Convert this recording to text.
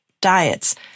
diets